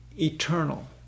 Eternal